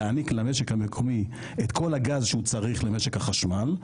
להעניק למשק המקומי את כל הגז שהוא צריך למשק החשמל,